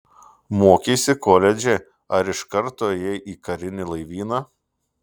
mokeisi koledže ar iš karto ėjai į karinį laivyną